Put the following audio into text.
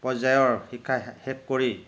পৰ্য্যায়ৰ শিক্ষা শেষ কৰি